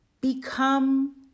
Become